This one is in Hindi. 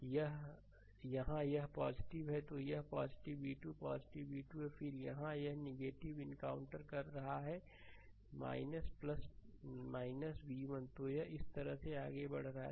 तो यह v2 v2 है फिर यहां यह है यह इनकाउंटर कर रहा है v1 तो यह इस तरह से आगे बढ़ रहा है